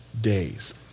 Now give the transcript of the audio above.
days